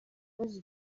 kubaza